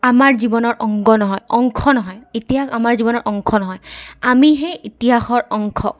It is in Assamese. আমাৰ জীৱনৰ অংগ নহয় অংশ নহয় ইতিহাস আমাৰ জীৱনৰ অংশ নহয় আমিহে ইতিহাসৰ অংশ